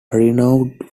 renowned